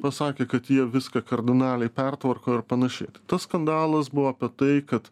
pasakė kad jie viską kardinaliai pertvarko ir panašiai tas skandalas buvo apie tai kad